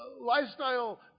lifestyle